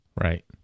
Right